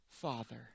Father